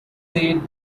said